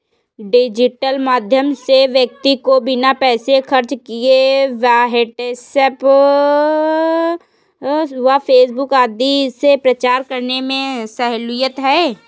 digital माध्यम से व्यक्ति को बिना पैसे खर्च किए व्हाट्सएप व फेसबुक आदि से प्रचार करने में सहूलियत है